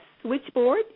switchboard